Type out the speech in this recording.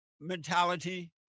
mentality